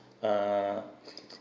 uh